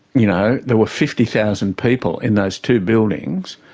you know, there were fifty thousand people in those two buildings,